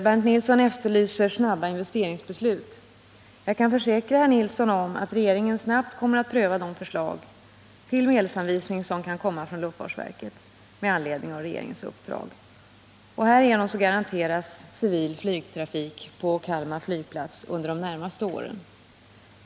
Bernt Nilsson efterlyser snabba investeringsbeslut. Jag kan försäkra herr Nilsson att regeringen snabbt kommer att pröva de förslag till medelsanvisning som kan komma från luftfartsverket med anledning av regeringens uppdrag. Härigenom garanteras civil flygtrafik på Kalmar flygplats under de närmaste åren.